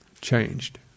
changed